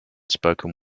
spoken